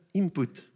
input